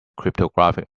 cryptographic